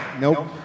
nope